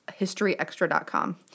historyextra.com